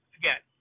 again